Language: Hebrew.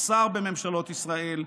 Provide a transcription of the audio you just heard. שר בממשלות ישראל,